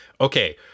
okay